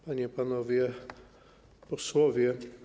Panie i Panowie Posłowie!